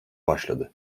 başladı